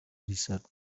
desert